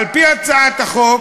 על-פי הצעת החוק,